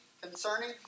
concerning